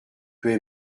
peut